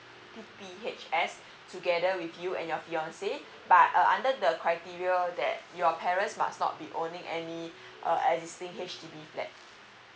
p p h s together with you and your your fiancé but uh under the criteria that your parents must not be owning any uh existing H_D_B flat